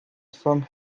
some